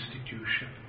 institution